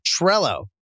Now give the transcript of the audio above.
Trello